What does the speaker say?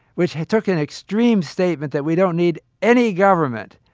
which took an extreme statement that we don't need any government.